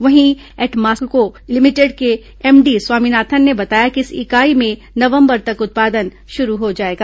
वहीं एटमास्टको लिमिटेड के एमडी स्वामीनाथन ने बताया कि इस इकाई में नवंबर तक उत्पादन शुरू हो जाएगा